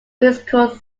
musical